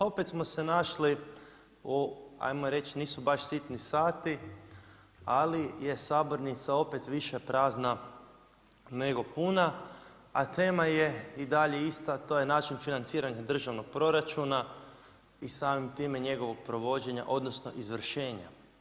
Opet smo se našli u ajmo reći nisu baš sitni sati, ali je sabornica opet više prazna nego puna, a tema je i dalje ista, a to je način financiranja državnog proračuna i samim time njegovog provođenja odnosno izvršenja.